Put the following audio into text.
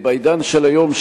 בעידן של היום,